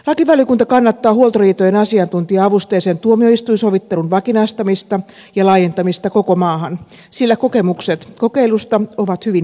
lakivaliokunta kannattaa huoltoriitojen asiantuntija avusteisen tuomioistuinsovittelun vakinaistamista ja laajentamista koko maahan sillä kokemukset kokeilusta ovat hyvin myönteisiä